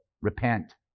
repent